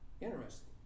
Interesting